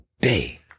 day